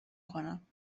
کنم